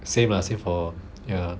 same lah same for ya